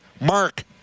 Mark